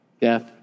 death